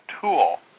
tool